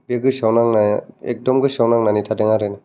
बे गोसोआव नांनाय एखदम गोसोआव नांनानै थादों आरो